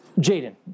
Jaden